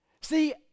see